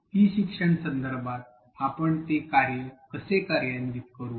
E शिक्षण संदर्भात आपण ते कसे कार्यान्वित करू